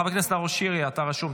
חבר הכנסת נאור שירי, אתה רשום.